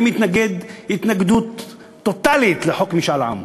אני מתנגד התנגדות טוטלית לחוק משאל עם.